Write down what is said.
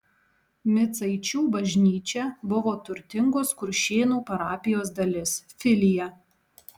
micaičių bažnyčia buvo turtingos kuršėnų parapijos dalis filija